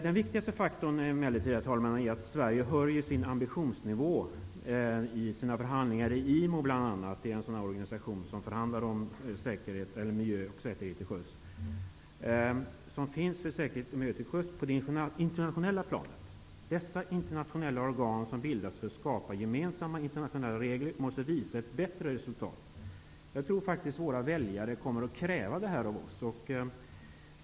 Den viktigaste faktorn är emellertid, herr talman, att Sverige höjer sin ambitionsnivå bl.a. i sina förhandlingar inom ramen för IMO, en organisation som förhandlar om miljö och säkerhet till sjöss på det internationella planet. Internationella organ som bildats för att skapa gemensamma internationella regler måste visa upp bättre resultat. Jag tror faktiskt att våra väljare kommer att kräva detta av oss.